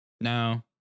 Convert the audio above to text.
no